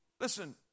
listen